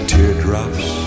Teardrops